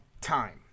time